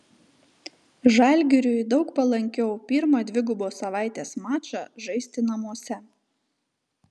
žalgiriui daug palankiau pirmą dvigubos savaitės mačą žaisti namuose